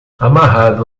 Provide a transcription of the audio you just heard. amarrado